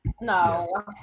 No